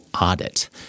audit